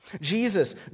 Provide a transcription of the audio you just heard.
Jesus